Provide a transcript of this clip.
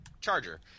charger